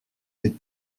des